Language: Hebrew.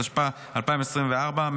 התשפ"ה 2024,